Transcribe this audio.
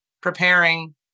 preparing